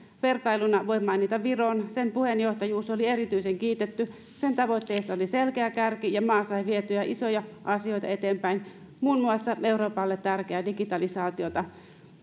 vertailuna voi mainita viron sen puheenjohtajuus oli erityisen kiitetty sen tavoitteessa oli selkeä kärki ja maa sai vietyä isoja asioita eteenpäin muun muassa euroopalle tärkeää digitalisaatiota